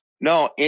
No